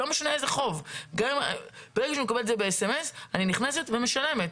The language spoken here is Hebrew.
לא משנה איזה חוב - ברגע שאני מקבלת את זה ב-SMS אני נכנסת ומשלמת.